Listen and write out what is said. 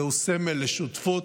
זהו סמל לשותפות,